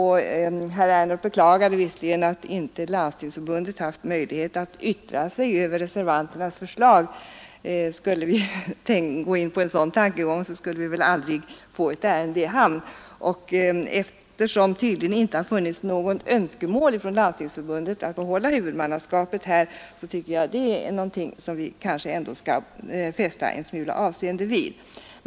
Herr Ernulf beklagade visserligen att Landstingsförbundet inte haft möjlighet att yttra sig över reservanternas förslag. Om vi skulle gå in på sådana tankegångar skulle vi väl aldrig få ett ärende i hamn. Det har tydligen inte funnits något önskemål från Landstingsförbundet att behålla huvudmannaskapet i detta fall, och det tycker jag att vi skall fästa stort avseende vid.